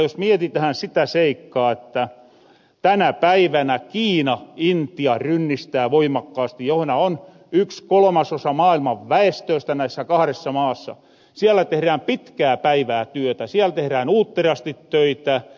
jos mietitähän sitä seikkaa että tänä päivänä kiina intia rynnistää voimakkaasti johona on yks kolomasosa maailman väestöstä näissä kahdessa maassa siellä tehrään pitkää päivää työtä siel tehrään uutterasti töitä